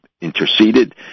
interceded